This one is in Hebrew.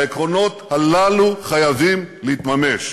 העקרונות הללו חייבים להתממש.